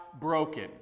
broken